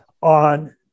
on